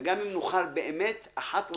ואם נוכל אחת ולתמיד,